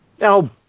Now